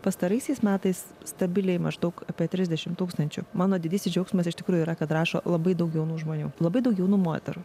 pastaraisiais metais stabiliai maždaug apie trisdešimt tūkstančių mano didysis džiaugsmas iš tikrųjų yra kad rašo labai daug jaunų žmonių labai daug jaunų moterų